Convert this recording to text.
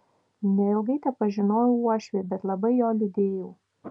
neilgai tepažinojau uošvį bet labai jo liūdėjau